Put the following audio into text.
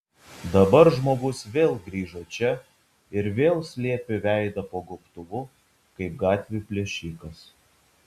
dabar žmogus vėl grįžo čia ir vėl slėpė veidą po gobtuvu kaip gatvių plėšikas